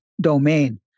domain